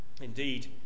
Indeed